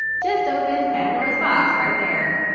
just opened pandora's box right there!